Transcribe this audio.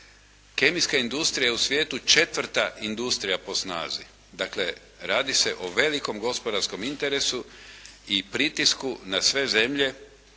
Kemijska industrija u svijetu je četvrta industrija po snazi. Dakle radi se o velikom gospodarskom interesu i pritisku na sve zemlje